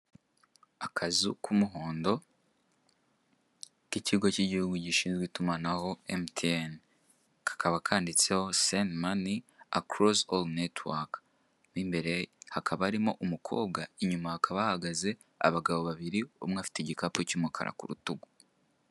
Akazu k'umuhondo k'icyigo k'igihugu gishinzwe itumanaho MTN , kakaba kanditseho sendi mani akorosi oru netuwaka mwimbere hakaba harimo umukobwa inyuma hakaba hahagaze abagabo babiri umwe afite igikapu cy'umukara k'urutugu.